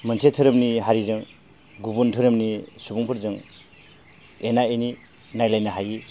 मोनसे धोरोमनि हारिजों गुबुन धोरोमनि सुबुंफोरजों एना एनि नायलायनो हायि